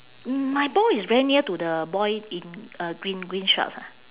mm my ball is very near to the boy in uh green green shorts ah